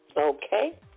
Okay